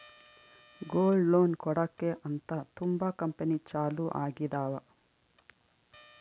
gold loan ಕೊಡಕ್ಕೆ ಅಂತ ತುಂಬಾ ಕಂಪೆನಿ ಚಾಲೂ ಆಗಿದಾವ